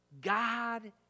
God